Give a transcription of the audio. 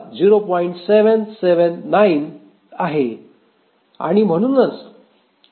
779 आहे आणि म्हणूनच कार्ये शेड्यूल करण्यायोग्य आहेत